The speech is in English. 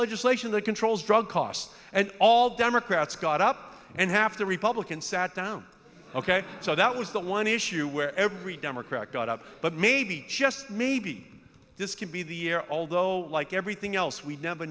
legislation that controls drug costs and all democrats got up and half the republicans sat down ok so that was the one issue where every democrat got up but maybe just maybe this could be the year although like everything else we never